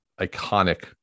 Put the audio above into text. iconic